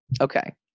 Okay